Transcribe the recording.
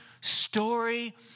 story